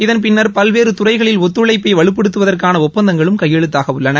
இதன் பின்னர் பல்வேறு துறைகளில் ஒத்துழைப்பை வலுப்படுத்துவதற்கான ஒப்பந்தங்களும் கையெழுத்தாகவுள்ளன